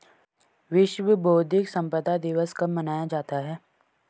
विश्व बौद्धिक संपदा दिवस कब मनाया जाता है?